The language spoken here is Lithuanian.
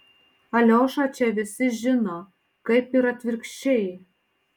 aliošą čia visi žino kaip ir atvirkščiai